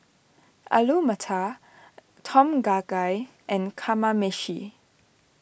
Alu Matar Tom Kha Gai and Kamameshi